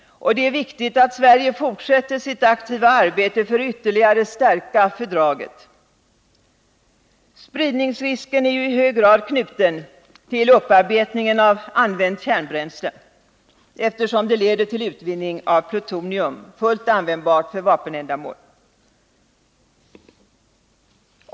Det är viktigt att Sverige fortsätter sitt aktiva arbete för att ytterligare stärka fördraget. Spridningsrisken är i hög grad knuten till upparbetningen av använt kärnbränsle, eftersom det leder till utvinning av plutonium, fullt användbart för vapenändamål.